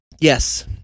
yes